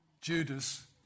Judas